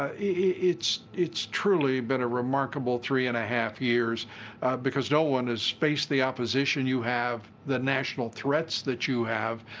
ah it's it's truly been a remarkable three of and a half years because no one has faced the opposition you have, the national threats that you have.